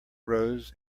rose